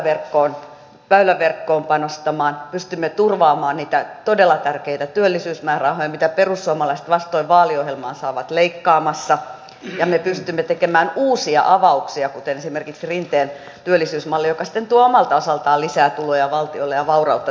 me pystymme väyläverkkoon panostamaan pystymme turvaamaan niitä todella tärkeitä työllisyysmäärärahoja mitä perussuomalaiset vastoin vaaliohjelmaansa ovat leikkaamassa ja me pystymme tekemään uusia avauksia kuten esimerkiksi rinteen työllisyysmalli joka sitten tuo omalta osaltaan lisää tuloja valtiolle ja vaurautta tähän kansantalouteen